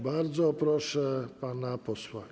Bardzo proszę pana posła.